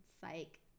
Psych